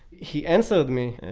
he answered me,